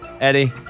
Eddie